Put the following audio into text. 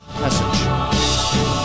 message